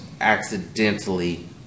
accidentally